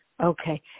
okay